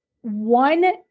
one